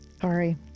Sorry